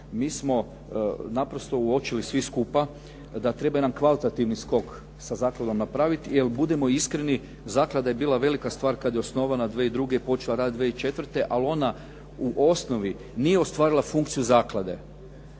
mi smo naprosto uočili svi skupa da treba jedan kvalitativni skok sa zakladom napraviti jer budimo iskreni, zaklada je bila velika stvar kada je osnovana 2002., počela raditi 2004. ali ona u osnovi nije ostvarila funkciju zaklade